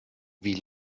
wie